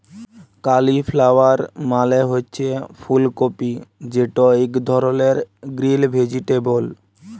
cauliflower মালে হছে ফুল কফি যেট ইক ধরলের গ্রিল ভেজিটেবল